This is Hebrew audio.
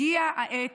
הגיעה העת,